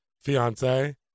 fiance